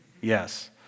Yes